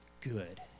good